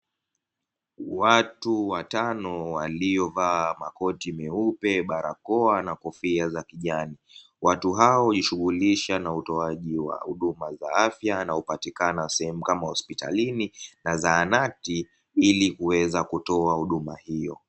Watu watano waliovaa makoti meupe, barakona kofia za kijani. Watu hao hujihusisha na utoaji wa huduma za afya inayopatikana sehemu kama hospitalini na zahanati ili kuweza kutoa huduma hiyo.